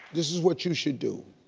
this is what you should do.